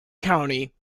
county